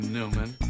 Newman